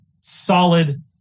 solid